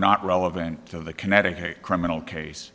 not relevant to the connecticut criminal case